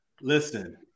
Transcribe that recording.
Listen